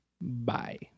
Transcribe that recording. Bye